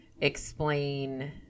explain